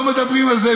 לא מדברים על זה,